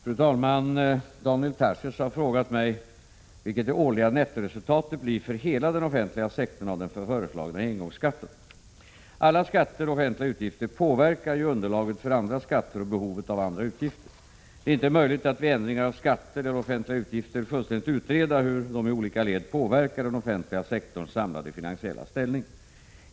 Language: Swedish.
Fru talman! Daniel Tarschys har frågat mig vilket det årliga nettoresultatet blir för hela den offentliga sektorn av den föreslagna engångsskatten. Alla skatter och offentliga utgifter påverkar underlaget för andra skatter och behovet av andra utgifter. Det är inte möjligt att vid ändringar av skatter eller offentliga utgifter fullständigt utreda hur dessa i olika led påverkar den offentliga sektorns samlade finansiella ställning.